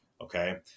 Okay